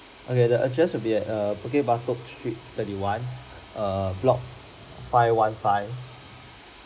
okay the address will be at err bukit batok street thirty one err block five one five